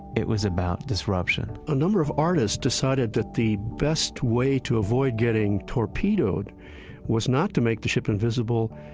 it was about disruption a number of artists decided that the best way to avoid getting torpedoed was not to make the ship invisible,